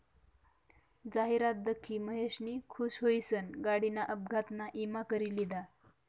जाहिरात दखी महेशनी खुश हुईसन गाडीना अपघातना ईमा करी लिधा